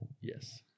yes